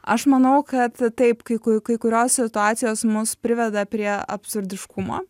aš manau kad taip kai ku kai kurios situacijos mus priveda prie absurdiškumo